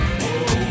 whoa